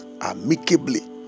amicably